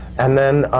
and then,